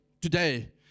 Today